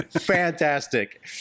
fantastic